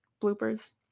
bloopers